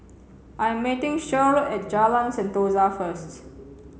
I'm meeting Shirl at Jalan Sentosa first